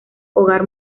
hogar